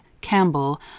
Campbell